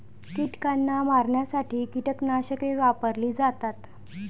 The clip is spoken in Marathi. कीटकांना मारण्यासाठी कीटकनाशके वापरली जातात